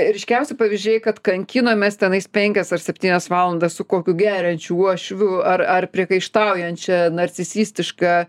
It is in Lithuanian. ryškiausi pavyzdžiai kad kankinomės tenais penkias ar septynias valandas su kokiu geriančių uošviu ar ar priekaištaujantčia narcisistiška